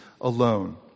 alone